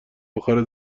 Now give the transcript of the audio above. اخر